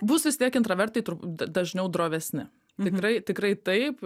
bus vis tiek intravertai turb dažniau drovesni tikrai tikrai taip